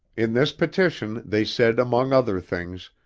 in this petition they said among other things,